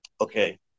Okay